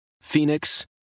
Phoenix